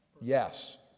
Yes